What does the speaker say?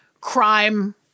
crime